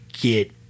get